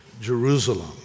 Jerusalem